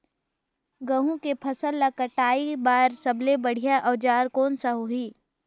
गहूं के फसल ला कटाई बार सबले बढ़िया औजार कोन सा होही?